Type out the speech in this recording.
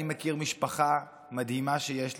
אני מכיר משפחה מדהימה שיש לי,